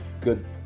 good